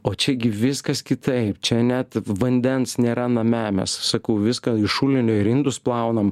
o čia gi viskas kitaip čia net vandens nėra name mes sakau viską iš šulinio ir indus plaunam